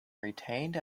retained